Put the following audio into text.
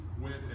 went